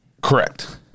Correct